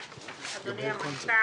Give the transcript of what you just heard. אגב,